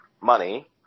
money